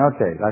Okay